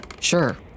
Sure